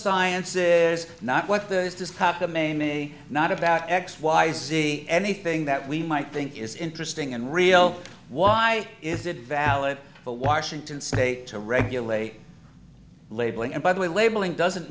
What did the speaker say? maimie not about x y z anything that we might think is interesting and real why is it valid for washington state to regulate labeling and by the way labeling doesn't